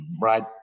Right